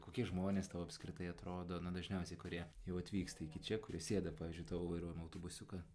kokie žmonės tau apskritai atrodo na dažniausiai kurie jau atvyksta iki čia kurie sėda pavyzdžiui tavo vairuojamą autobusiuką